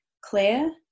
Claire